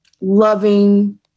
loving